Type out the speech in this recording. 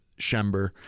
Schember